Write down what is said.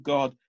God